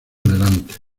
delante